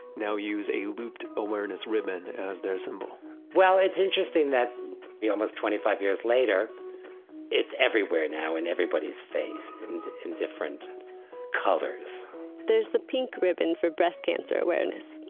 now use a looped awareness ribbon as their symbol well, it's interesting that almost twenty five years later it's everywhere now, in everybody's face in different colors there's the pink ribbon for breast cancer awareness.